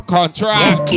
Contract